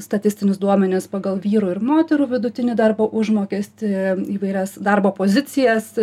statistinius duomenis pagal vyrų ir moterų vidutinį darbo užmokestį įvairias darbo pozicijas